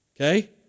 Okay